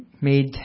made